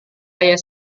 ayah